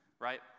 right